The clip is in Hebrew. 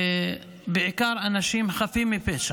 בעיקר אנשים חפים מפשע.